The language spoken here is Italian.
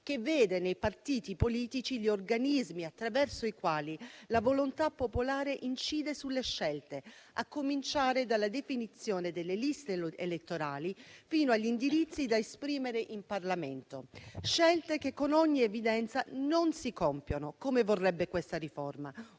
che vede nei partiti politici gli organismi attraverso i quali la volontà popolare incide sulle scelte, a cominciare dalla definizione delle liste elettorali fino agli indirizzi da esprimere in Parlamento. Si tratta di scelte che con ogni evidenza non si compiono, come vorrebbe questa riforma,